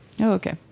okay